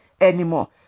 anymore